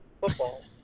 football